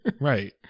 Right